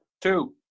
Two